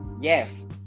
Yes